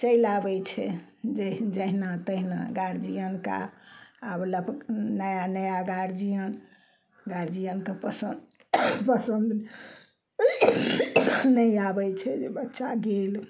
चलि आबै छै जे जहिना तहिना गार्जियन का आब लब नया नया गार्जियन गार्जियनके पसन्द पसंद नहि आबै छै जे बच्चा गेल